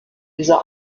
dieser